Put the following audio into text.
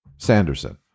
Sanderson